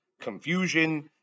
confusion